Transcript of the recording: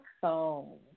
phone